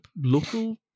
local